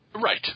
Right